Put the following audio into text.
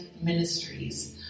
Ministries